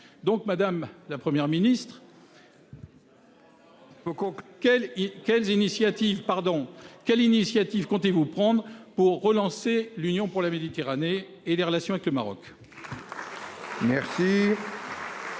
Madame la Première ministre, quelle initiative comptez-vous prendre pour relancer l'Union pour la Méditerranée et nos relations avec le Maroc ?